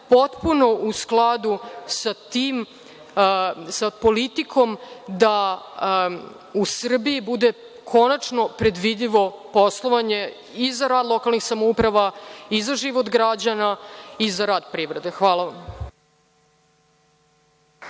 potpuno u skladu sa tim, sa politikom da u Srbiji bude konačno predvidivo poslovanje i za rad lokalnih samouprava i za život građana i za rad privrede. Hvala.